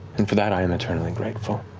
and for that, i am eternally grateful.